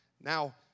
now